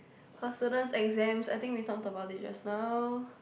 for students exams I think we talk about it just now